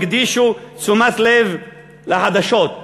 "הקדישו תשומת לב לחדשות",